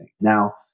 Now